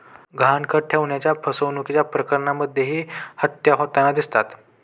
गहाणखत ठेवण्याच्या फसवणुकीच्या प्रकरणांमध्येही हत्या होताना दिसतात